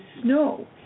snow